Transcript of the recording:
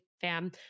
fam